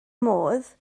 modd